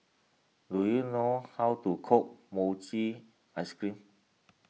do you know how to cook Mochi Ice Cream